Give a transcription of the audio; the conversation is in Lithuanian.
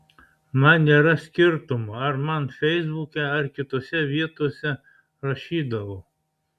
man nėra skirtumo ar man feisbuke ar kitose vietose rašydavo